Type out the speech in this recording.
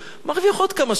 מרוויח עוד כמה שקלים.